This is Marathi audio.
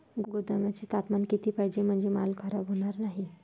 गोदामाचे तापमान किती पाहिजे? म्हणजे माल खराब होणार नाही?